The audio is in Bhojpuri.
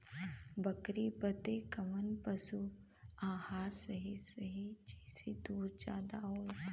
बकरी बदे कवन पशु आहार सही रही जेसे दूध ज्यादा होवे?